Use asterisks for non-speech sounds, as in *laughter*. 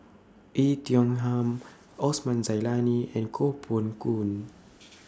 Oei Tiong Ham *noise* Osman Zailani and Koh Poh Koon *noise*